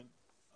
כן.